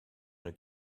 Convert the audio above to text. une